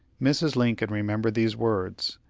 mrs. lincoln remembered these words,